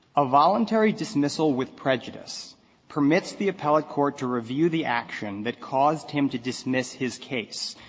a voluntary dismissal with prejudice permits the appellate court to review the action that caused him to dismiss his case.